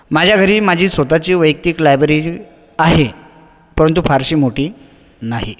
माझ्या घरी माझी स्वत ची वैयक्तिक लायब्ररी आहे परंतु फारशी मोठी नाही